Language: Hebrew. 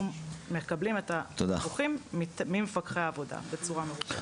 מקבלים את הדיווחים ממפקחי העבודה בצורה מרוכזת.